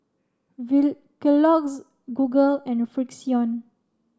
Kellogg's Google and Frixion